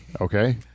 Okay